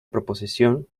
proposición